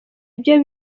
ibyo